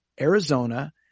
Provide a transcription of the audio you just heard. Arizona